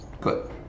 Good